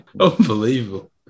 Unbelievable